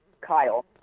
Kyle